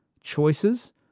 choices